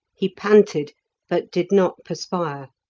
he panted but did not perspire.